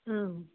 ಹಾಂ